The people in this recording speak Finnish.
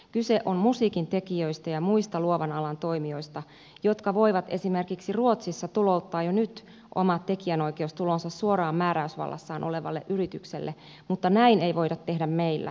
kyse on musiikintekijöistä ja muista luovan alan toimijoista jotka voivat esimerkiksi ruotsissa tulouttaa jo nyt omat tekijänoikeustulonsa suoraan määräysvallassaan olevalle yritykselle mutta näin ei voida tehdä meillä